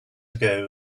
ago